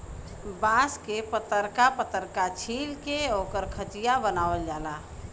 बांस के पतरका पतरका छील के ओकर खचिया बनावल जाला